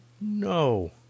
No